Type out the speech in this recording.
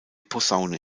posaune